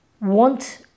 want